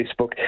Facebook